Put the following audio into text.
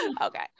Okay